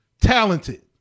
talented